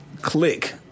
click